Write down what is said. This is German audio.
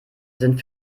sind